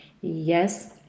yes